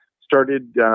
started